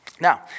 Now